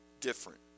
different